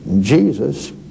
Jesus